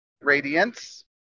Radiance